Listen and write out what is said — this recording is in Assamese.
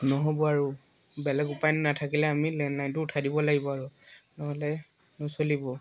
নহ'ব আৰু বেলেগ উপায় নাথাকিলে আমি লেণ্ডলাইনটো উঠাই দিব লাগিব আৰু নহ'লে নচলিব